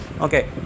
Okay